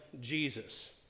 Jesus